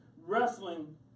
wrestling